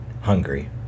Hungary